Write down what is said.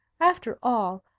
after all,